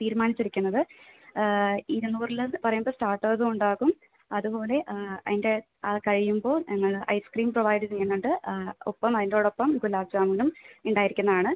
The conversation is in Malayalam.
തീരുമാനിച്ചിരിക്കുന്നത് ഇരുനൂറിൽ പറയുമ്പോൾ സ്റ്റാർട്ടേഴ്സും ഉണ്ടാകും അതുപോലെ അതിൻ്റെ ആ കഴിയുമ്പോൾ ഞങ്ങൾ ഐസ്ക്രീം പ്രൊവൈഡ് ചെയ്യുന്നുണ്ട് ഒപ്പം അതിനോടൊപ്പം ഗുലാബ് ജാമുനും ഉണ്ടായിരിക്കുന്നതാണ്